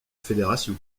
fédération